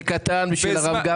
זה קטן על הרב גפני.